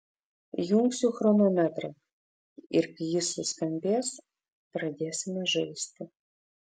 įjungsiu chronometrą ir kai jis suskambės pradėsime žaisti